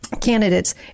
candidates